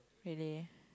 really